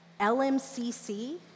LMCC